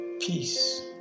Peace